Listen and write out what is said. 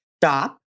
Stop